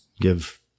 give